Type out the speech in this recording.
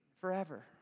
forever